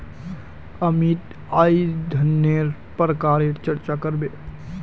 अमित अईज धनन्नेर प्रकारेर चर्चा कर बे